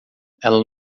ela